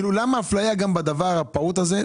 למה האפליה גם בדבר הפעוט הזה?